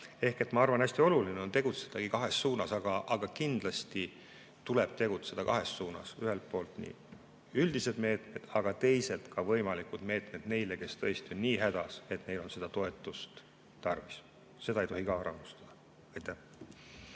Ma arvan, et hästi oluline ongi tegutseda kahes suunas. Kindlasti tuleb tegutseda kahes suunas: ühelt poolt üldised meetmed, aga teisalt ka võimalikud meetmed neile, kes tõesti on nii hädas, et neil on seda toetust tarvis. Seda ei tohi ära unustada. Signe